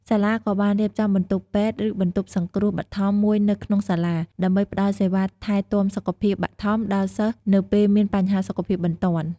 សាលាក៏បានរៀបចំបន្ទប់ពេទ្យឬបន្ទប់សង្រ្គោះបឋមមួយនៅក្នុងសាលា ដើម្បីផ្តល់សេវាថែទាំសុខភាពបឋមដល់សិស្សនៅពេលមានបញ្ហាសុខភាពបន្ទាន់។